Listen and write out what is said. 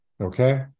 okay